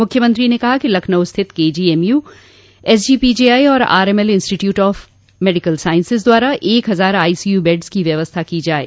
मुख्यमंत्री ने कहा कि लखनऊ स्थित केजीएमयू एसजीपीजीआई और RML institute of medical science द्वारा एक हजार आईसीयू बेडस की व्यवस्था की जाये